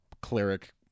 cleric